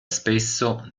spesso